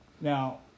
Now